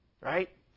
right